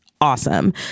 awesome